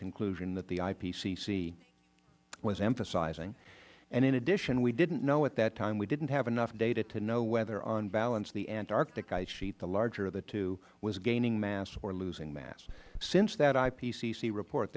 conclusion that the ipcc was emphasizing and in addition we didn't know at that time we didn't have enough data to know whether on balance the antarctic ice sheet the larger of the two was gaining mass or losing mass since that ipcc report